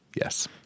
Yes